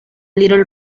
little